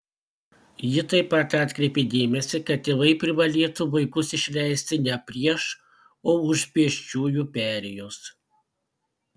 ji taip pat atkreipė dėmesį kad tėvai privalėtų vaikus išleisti ne prieš o už pėsčiųjų perėjos